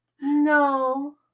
No